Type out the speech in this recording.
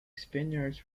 spaniards